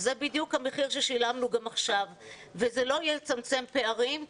זה בדיוק המחיר ששילמנו גם עכשיו וזה לא יצמצם פערים.